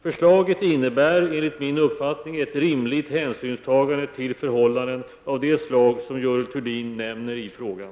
Förslaget innebär enligt min uppfattning ett rimligt hänsynstagande till förhållanden av det slag som Görel Thurdin nämner i frågan.